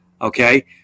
Okay